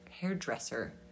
hairdresser